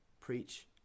preach